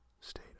state